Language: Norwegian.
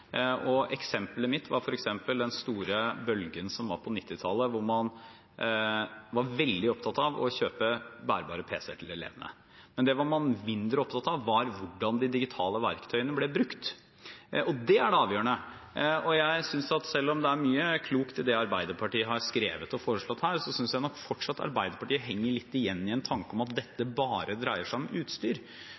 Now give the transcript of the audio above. Eksempelet mitt var den store bølgen som var på 1990-tallet, da man var veldig opptatt av å kjøpe bærbare pc-er til elevene. Men det man var mindre opptatt av, var hvordan de digitale verktøyene ble brukt. Og det er det avgjørende. Selv om det er mye klokt i det Arbeiderpartiet har skrevet og foreslått her, synes jeg nok fortsatt Arbeiderpartiet henger litt igjen i en tanke om at dette bare dreier seg om utstyr.